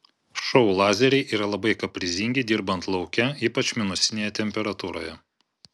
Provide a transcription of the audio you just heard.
šou lazeriai yra labai kaprizingi dirbant lauke ypač minusinėje temperatūroje